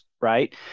right